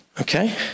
Okay